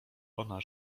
ona